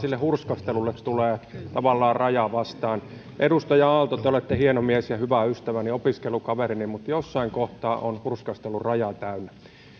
hurskastelulle tulee tavallaan raja vastaan edustaja aalto te olette hieno mies ja hyvä ystäväni opiskelukaverini mutta jossain kohtaa on hurskastelun raja täynnä